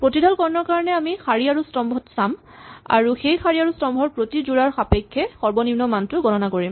প্ৰতিডাল কৰ্ণৰ কাৰণে আমি শাৰী আৰু স্তম্ভটো চাম আৰু সেই শাৰী আৰু স্তম্ভৰ প্ৰতিটো যোৰাৰ সাপেক্ষে সৰ্বনিম্ন মানটো গণনা কৰিম